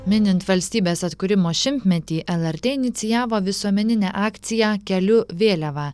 minint valstybės atkūrimo šimtmetį lrt inicijavo visuomeninę akciją keliu vėliavą